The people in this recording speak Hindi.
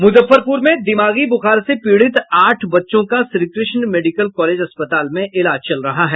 मुजफ्फरपुर में दिमागी ब्रखार से पीड़ित आठ बच्चों का श्रीकृष्ण मेडिकल कॉलेज अस्पताल में इलाज चल रहा है